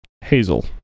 Hazel